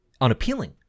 unappealing